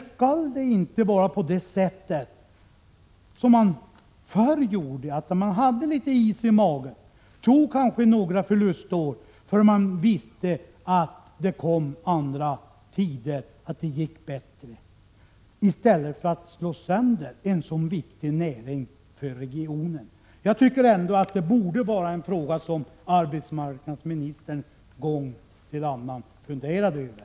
Skall det inte vara som förr, då man hade litet is i magen och kanske tog några förlustår, för man visste att det skulle komma bättre tider och att det skulle gå bättre, i stället för att slå sönder en sådan viktig näring för regionen? Jag tycker att det borde vara en fråga som arbetsmarknadsministern från gång till annan kunde fundera över.